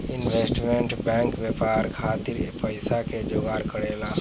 investment bank व्यापार खातिर पइसा के जोगार करेला